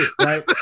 right